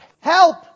Help